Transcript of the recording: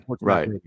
right